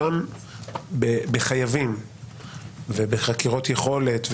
גם בחייבים וגם בחקירות יכולת,